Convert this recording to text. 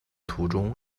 途中